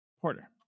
Porter